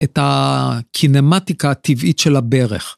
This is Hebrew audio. את הקינמטיקה הטבעית של הברך.